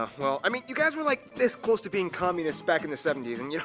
ah well i mean you guys were like this close to being communist back in the seventy s and you know,